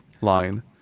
line